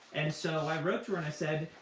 and so i wrote to her and i said,